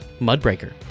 Mudbreaker